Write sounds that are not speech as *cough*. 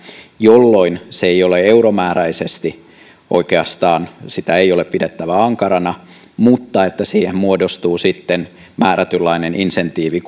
jolloin sitä ei ole euromääräisesti oikeastaan pidettävä ankarana mutta siihen muodostuu määrätynlainen insentiivi *unintelligible*